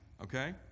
okay